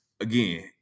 again